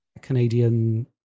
Canadian